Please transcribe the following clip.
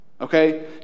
okay